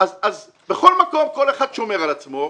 אז בכל מקום כל אחד שומר על עצמו,